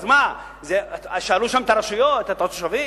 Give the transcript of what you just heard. אז מה, שאלו שם את הרשויות, את התושבים?